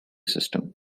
system